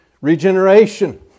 regeneration